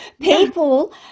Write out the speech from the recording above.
people